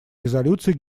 резолюции